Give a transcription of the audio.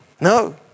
no